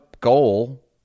goal